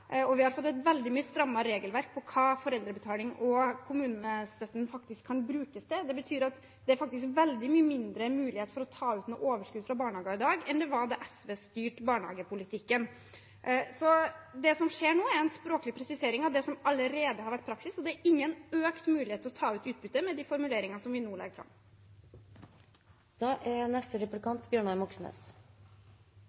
og vi har fått et veldig mye strammere regelverk om hva foreldrebetaling og kommunestøtten kan brukes til. Det betyr at det er en veldig mye mindre mulighet for å ta ut et overskudd fra barnehagene i dag enn det var da SV styrte barnehagepolitikken. Det som skjer nå, er en språklig presisering av det som allerede har vært praksis. Det er ingen økt mulighet til å ta ut utbytte med de formuleringene som vi nå legger